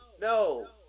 no